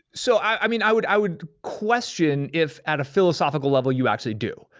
so i mean i would i would question if at a philosophical level you actually do,